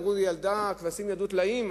הכבשים ילדו טלאים,